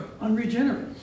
unregenerate